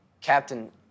Captain